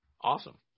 Awesome